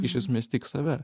iš esmės tik save